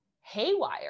haywire